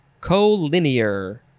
collinear